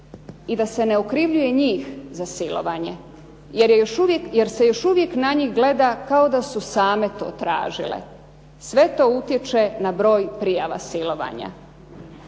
i da se ne okrivljuje njih za silovanje, jer se još uvijek na njih gleda kao da su same to tražile. Sve to utječe na broj prijava silovanja.